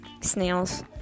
snails